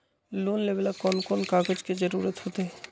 Loan लेवेला कौन कौन कागज के जरूरत होतई?